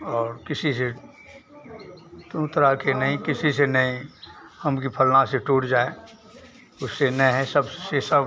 और किसी से तू तड़ाके नहीं किसी से नहीं हम कि फ़लना से टूट जाएँ उससे ना है सब